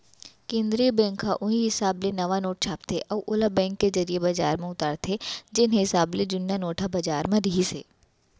केंद्रीय बेंक ह उहीं हिसाब ले नवा नोट छापथे अउ ओला बेंक के जरिए बजार म उतारथे जेन हिसाब ले जुन्ना नोट ह बजार म रिहिस हे